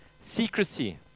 Secrecy